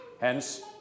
Hence